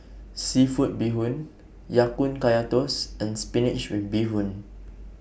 Seafood Bee Hoon Ya Kun Kaya Toast and Spinach with Mushroom